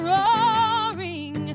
roaring